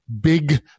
big